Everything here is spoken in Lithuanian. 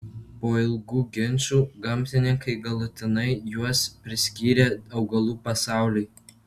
po ilgų ginčų gamtininkai galutinai juos priskyrė augalų pasauliui